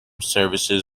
services